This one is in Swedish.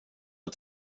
att